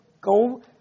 go